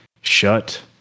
shut